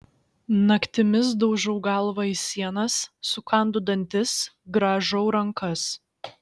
naktimis daužau galvą į sienas sukandu dantis grąžau rankas